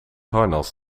harnas